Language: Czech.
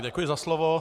Děkuji za slovo.